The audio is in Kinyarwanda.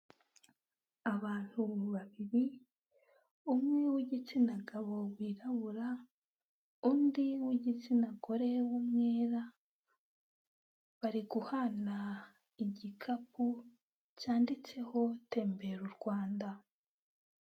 Abantu babiri umwe w'igitsina gabo wirabura undi w'igitsina gore w'umwera bari guhana igikapu cyanditseho tembera u Rwanda.